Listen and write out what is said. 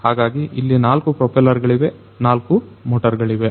ಹಾಗಾಗಿ ಇಲ್ಲಿ 4 ಪ್ರೊಪೆಲ್ಲರ್ ಗಳಿವೆ 4 ಮೋಟರ್ ಗಳಿವೆ